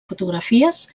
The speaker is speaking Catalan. fotografies